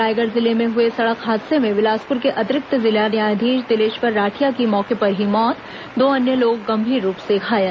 रायगढ़ जिले में हए सड़क हादसे में बिलासपुर के अतिरिक्त जिला न्यायाधीश दिलेश्वर राठिया की मौके पर ही मौत दो अन्य लोग गंभीर रूप से घायल